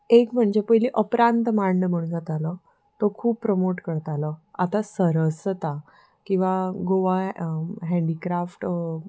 एक म्हणजे पयली अपरांत मांड म्हण जातालो तो खूब प्रमोट करतालो आतां सरस जाता किंवां गोवा हँन्डीक्राफ्ट